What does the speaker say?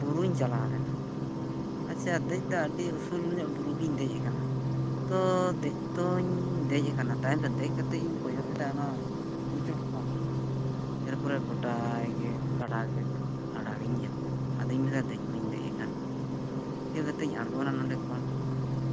ᱵᱩᱨᱩᱧ ᱪᱟᱞᱟᱣ ᱞᱮᱱᱟ ᱟᱪᱪᱷᱟ ᱫᱮᱡ ᱫᱚ ᱟᱹᱰᱤ ᱩᱥᱩᱞ ᱧᱚᱜ ᱵᱩᱨᱩ ᱜᱤᱧ ᱫᱮᱡ ᱟᱠᱟᱱᱟ ᱛᱚ ᱫᱮᱡ ᱛᱚᱧ ᱫᱮᱡ ᱟᱠᱟᱱᱟ ᱛᱟᱭᱚᱢᱛᱮ ᱫᱮᱡ ᱠᱟᱛᱮᱫ ᱤᱧ ᱠᱚᱭᱚᱜ ᱮᱫᱟ ᱚᱱᱟ ᱵᱩᱨᱩ ᱪᱚᱴ ᱠᱷᱚᱱ ᱮᱨᱯᱚᱨᱮ ᱜᱳᱴᱟᱜᱮ ᱜᱟᱰᱟᱜᱮ ᱜᱟᱰᱟᱜᱤᱧ ᱧᱮᱞᱫᱟ ᱟᱫᱚᱧ ᱢᱮᱱᱫᱟ ᱫᱮᱡ ᱢᱟᱧ ᱫᱮᱡ ᱟᱠᱟᱱ ᱪᱤᱠᱟᱹ ᱠᱟᱛᱮᱧ ᱟᱬᱜᱚᱱᱟ ᱱᱚᱸᱰᱮ ᱠᱷᱚᱱ